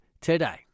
today